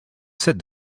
sit